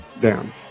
down